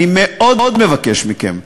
אני מאוד מבקש מכם,